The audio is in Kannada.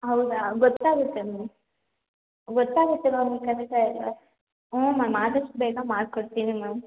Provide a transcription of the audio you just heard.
ಹೌದ ಗೊತ್ತಾಗುತ್ತೆ ಮ್ಯಾಮ್ ಗೊತ್ತಾಗುತ್ತೆ ಮ್ಯಾಮ್ ಖಂಡಿತ ಹ್ಞೂ ಮ್ಯಾಮ್ ಆದಷ್ಟು ಬೇಗ ಮಾಡ್ಕೊಡ್ತೀನಿ ಮ್ಯಾಮ್